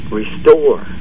restore